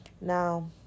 Now